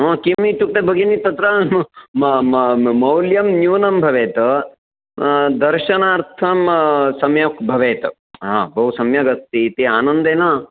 किम् इत्युक्ते भगिनी तत्र म म म मौल्यं न्यूनं भवेत् दर्शनार्थं सम्यक् भवेत् ह बहु सम्यगस्ति इति आनन्देन